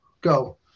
go